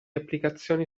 applicazioni